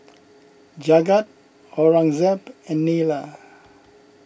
Jagat Aurangzeb and Neila